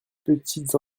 petites